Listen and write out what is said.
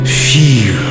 feel